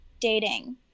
dating